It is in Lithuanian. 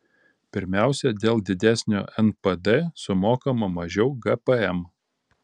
pirmiausia dėl didesnio npd sumokama mažiau gpm